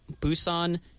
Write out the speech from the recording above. Busan